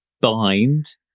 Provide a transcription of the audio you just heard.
bind